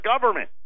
government